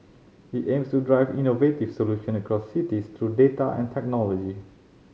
it aims to drive innovative solution across cities through data and technology